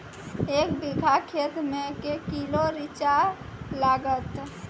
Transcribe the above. एक बीघा खेत मे के किलो रिचा लागत?